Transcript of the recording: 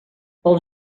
pel